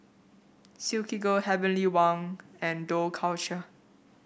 Silkygirl Heavenly Wang and Dough Culture